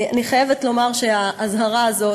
אני חייבת לומר שהאזהרה הזאת,